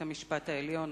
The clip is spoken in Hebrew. בבית-המשפט העליון,